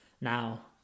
Now